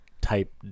type